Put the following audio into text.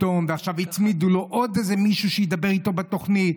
ועכשיו הצמידו לו עוד איזה מישהו שידבר איתו בתוכנית.